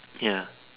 ya